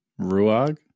Ruag